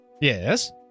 Yes